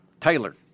Taylor